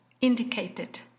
indicated